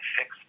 fix